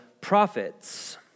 prophets